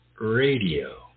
Radio